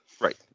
Right